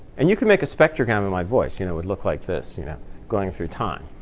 and you could make a spectrum kind of and my voice. you know it would look like this you know going through time.